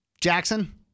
Jackson